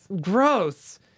Gross